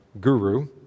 guru